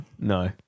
no